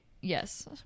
yes